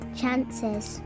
chances